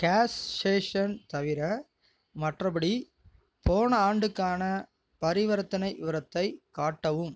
case station தவிர மற்றபடி போன ஆண்டுக்கான பரிவர்த்தனை விவரத்தை காட்டவும்